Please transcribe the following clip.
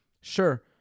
Sure